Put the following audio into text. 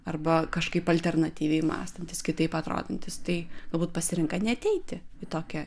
arba kažkaip alternatyviai mąstantys kitaip atrodantys tai galbūt pasirenka neateiti į tokią